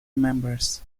members